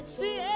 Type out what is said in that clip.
see